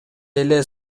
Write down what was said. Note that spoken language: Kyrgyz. эле